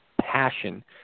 passion